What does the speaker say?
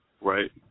right